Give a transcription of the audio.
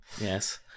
Yes